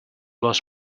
lost